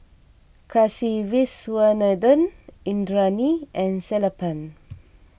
Kasiviswanathan Indranee and Sellapan